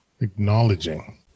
Acknowledging